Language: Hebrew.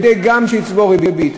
גם כדי שתצבור ריבית,